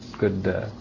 Good